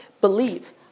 believe